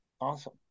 Awesome